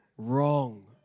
wrong